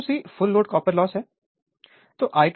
तो Wc full load copper loss है